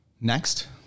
Next